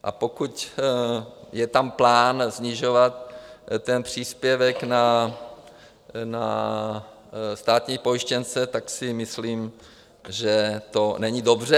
A pokud je tam plán snižovat ten příspěvek na státní pojištěnce, tak si myslím, že to není dobře.